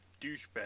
douchebag